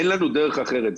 אין לנו דרך אחרת.